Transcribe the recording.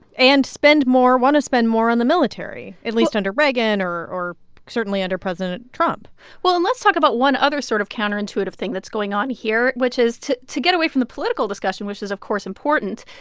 and spend more, want to spend more on the military, at least under reagan or, certainly, under president trump well, and let's talk about one other sort of counterintuitive thing that's going on here, which is to to get away from the political discussion, which is, of course, important,